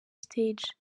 stage